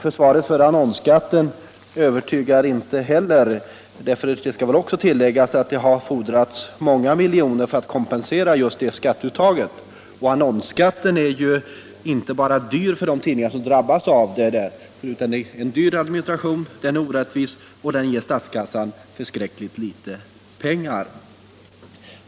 Försvaret för annonsskatten övertygade inte heller för det skall också tilläggas att det fordras många miljoner för att kompensera just det skatteuttaget. Annonsskatten är ju inte bara dyr för de tidningar som drabbas av den, utan den har en dyr administration, den är orättvis och den ger statskassan förskräckligt litet pengar.